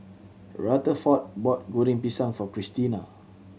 Rutherford brought Goreng Pisang for Kristina